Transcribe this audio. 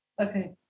Okay